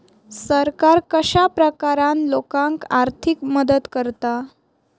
सरकार कश्या प्रकारान लोकांक आर्थिक मदत करता?